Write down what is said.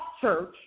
church